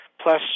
Plus